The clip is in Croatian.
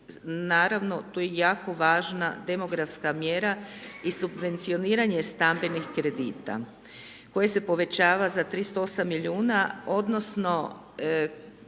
naravno, tu je jako važna demografska mjera i subvencioniranje stambenih kredita, koje se povećava za 38 milijuna, odnosno,